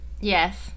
Yes